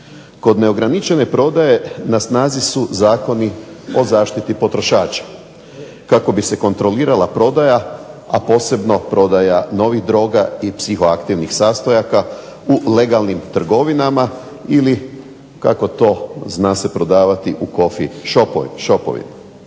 Kod neograničena prodaje na snazi su zakoni o zaštiti potrošača kako bi se kontrolirala prodaja, a posebno prodaja novih droga i psihoaktivnih sastojaka u legalnim trgovinama ili kako to zna se prodavati u coffe shopovima.